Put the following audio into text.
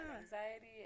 anxiety